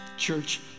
church